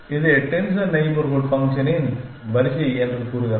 இது tensor neighbourhood பங்க்ஷன்களின் வரிசை என்று கூறுகிறது